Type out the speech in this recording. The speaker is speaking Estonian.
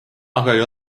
ole